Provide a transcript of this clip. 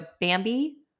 Bambi